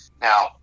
Now